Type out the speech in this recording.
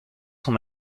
sont